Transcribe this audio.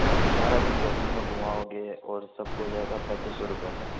अच्छा सारा दिन जोधपुर में घुमाओगे और सब कुछ हो जाएगा पैंतीस सौ रूपये में